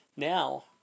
Now